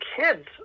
kids